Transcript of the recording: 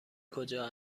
کجا